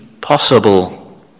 possible